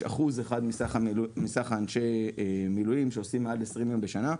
יש אחוז אחד מסך אנשי המילואים שעושים עד 20 ימים בשנה.